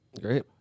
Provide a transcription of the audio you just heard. Great